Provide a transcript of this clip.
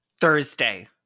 Thursday